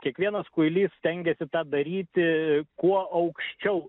kiekvienas kuilys stengiasi tą daryti kuo aukščiau